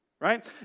Right